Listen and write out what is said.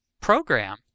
program